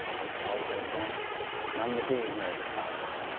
i'm charles bandana and i'm the dean here at the college.